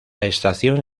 estación